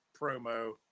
promo